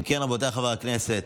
אם כן, רבותיי חברי הכנסת,